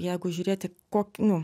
jeigu žiūrėti nu